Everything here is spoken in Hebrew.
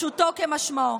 פשוטו כמשמעו.